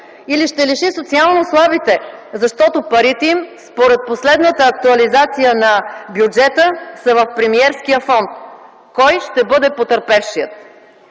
или ще лиши социално слабите, защото парите им, според последната актуализация на бюджета, са в премиерския фонд? Кой ще бъде потърпевшият?